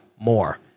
more